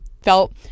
felt